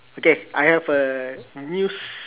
okay I have a news